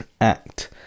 act